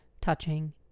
touching